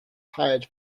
hired